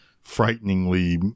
frighteningly